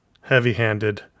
heavy-handed